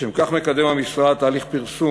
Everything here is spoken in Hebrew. לשם כך המשרד מקדם תהליך פרסום